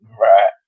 Right